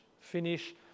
Finish